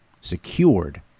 secured